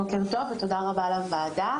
בוקר טוב ותודה רבה לוועדה.